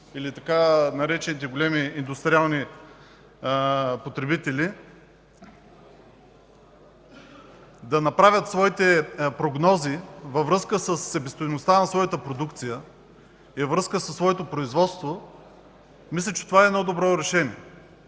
или така наречените „големи индустриални потребители” да направят своите прогнози във връзка със себестойността на своята продукция и във връзка със своето производство, мисля, че е едно добро решение.